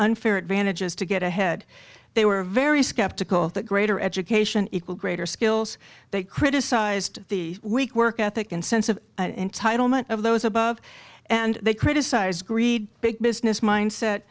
unfair advantages to get ahead they were very skeptical that greater education equal greater skills they criticized the weak work ethic and sense of entitlement of those above and they criticize greed big business mindset